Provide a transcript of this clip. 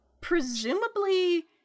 presumably